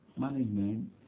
management